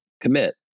commit